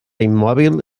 immòbil